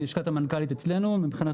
זאת תשובה שאני --- מלשכת המנכ"לית אצלנו מבחינת